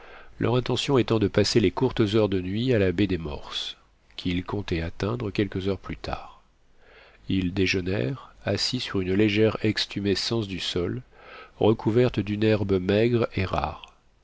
leur intention étant de passer les courtes heures de nuit à la baie des morses qu'ils comptaient atteindre quelques heures plus tard ils déjeunèrent assis sur une légère extumescence du sol recouverte d'une herbe maigre et rare